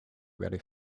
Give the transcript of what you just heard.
very